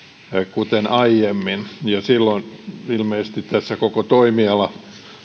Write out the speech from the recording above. kuten aiemmin ja silloin ilmeisesti tässä koko toimiala